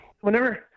whenever